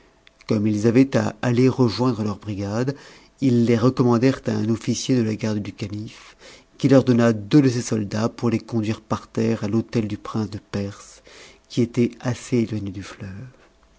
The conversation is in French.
comme ils avaient à aller rejoindre leur brigade ils les recommandèrent à un officier de la garde du calife qui leur donna deux de ses soldats pour les conduire par terre à l'hôtel du prince de perse qui était assez éloigné du fleuve